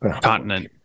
Continent